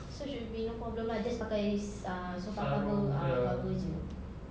so should be no problem ah just pakai s~ uh sofa cover ah bagus jer